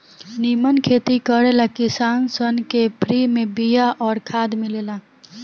निमन खेती करे ला किसान सन के फ्री में बिया अउर खाद मिलेला